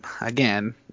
Again